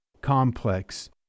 complex